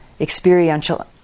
Experiential